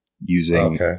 using